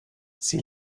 sie